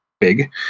big